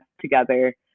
together